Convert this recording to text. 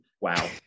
wow